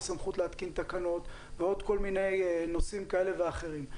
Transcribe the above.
של סמכות להתקין תקנות ועוד כל מיני נושאים כאלה ואחרים.